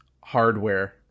hardware